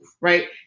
right